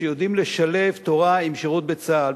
שיודעים לשלב תורה עם שירות בצה"ל,